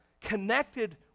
connected